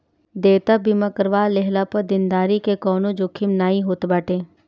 देयता बीमा करवा लेहला पअ देनदारी के कवनो जोखिम नाइ होत बाटे